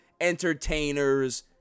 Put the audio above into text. entertainers